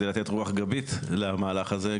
רוח גבית למהלך הזה,